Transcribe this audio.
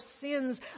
sins